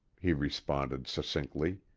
he responded succinctly.